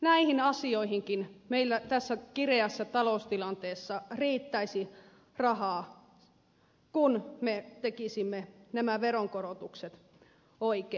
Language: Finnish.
näihinkin asioihin meillä tässä kireässä taloustilanteessa riittäisi rahaa kun me tekisimme nämä veronkorotukset oikein